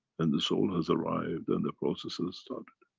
and the soul has arrived and the process and has started.